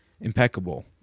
impeccable